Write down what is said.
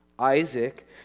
Isaac